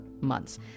months